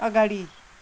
अगाडि